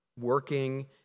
working